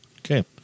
Okay